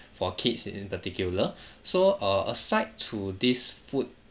for kids in in particular so uh aside to this food